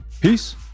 Peace